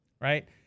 right